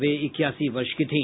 वे इक्यासी वर्ष की थी